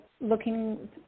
looking